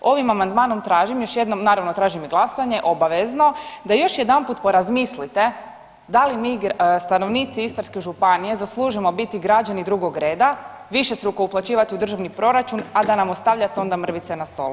Ovim amandmanom tražim još jednom, naravno tražim i glasanje obavezno da još jedanput porazmislite da li mi stanovnici Istarske županije zaslužujemo biti građani drugog reda, višestruko uplaćivati u državni proračun, a da nam ostavljate onda mrvice na stolu.